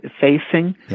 facing